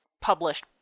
published